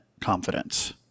confidence